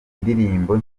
indirimbo